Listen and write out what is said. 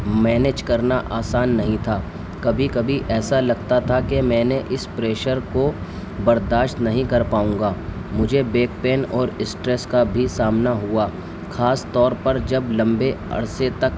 manage کرنا آسان نہیں تھا کبھی کبھی ایسا لگتا تھا کہ میں نے اس پریشر کو برداشت نہیں کر پاؤں گا مجھے بیک پین اور اسٹریس کا بھی سامنا ہوا خاص طور پر جب لمبے عرصے تک